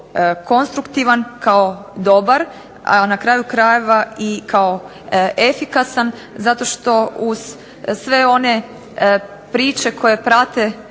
konstruktivan, kao dobar, a na kraju krajeva i kao efikasan zato što uz sve one priče koje prate